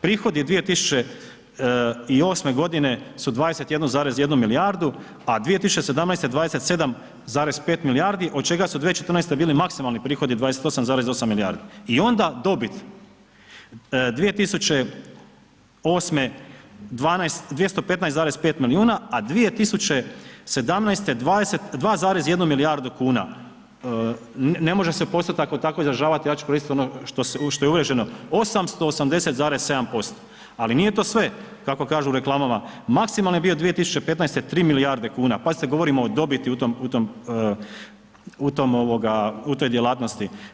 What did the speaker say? Prihodi 2008.g. su 21,1 milijardu, a 2017. 27,5 milijardi, od čega su 2014. bili maksimalni prihodi 28,8 milijardi i onda dobit 2008. 215,5 milijuna, a 2017. 2,1 milijardu kuna, ne može se postotak tako izražavat, ja ću koristit ono što je uvriježeno, 880,7%, ali nije to sve, kako kažu u reklamama, maksimalno je bio 2015. 3 milijarde kuna, pazite, govorimo o dobiti u toj djelatnosti.